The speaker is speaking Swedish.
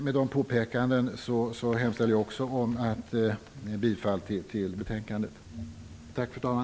Med dessa påpekanden yrkar jag bifall till utskottets hemställan.